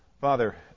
Father